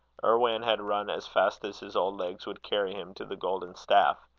irwan had run as fast as his old legs would carry him to the golden staff.